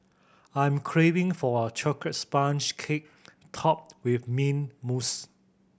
I'm craving for a chocolate sponge cake topped with mint mousse